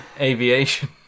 Aviation